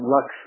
Lux